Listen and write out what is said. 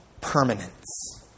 permanence